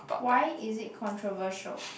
why is it controversial